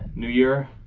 new year.